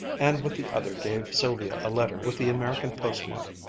and with the other gave sylvia a letter with the american postmark.